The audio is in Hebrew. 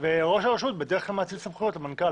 ראש הרשות בדרך כלל מאציל סמכויות למנכ"ל,